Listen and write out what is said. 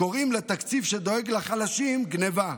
קוראים לתקציב שדואג לחלשים "גנבה".